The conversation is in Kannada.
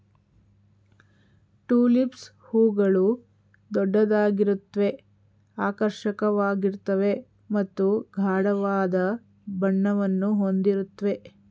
ಟುಲಿಪ್ಸ್ ಹೂಗಳು ದೊಡ್ಡದಾಗಿರುತ್ವೆ ಆಕರ್ಷಕವಾಗಿರ್ತವೆ ಮತ್ತು ಗಾಢವಾದ ಬಣ್ಣವನ್ನು ಹೊಂದಿರುತ್ವೆ